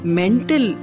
mental